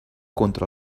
contra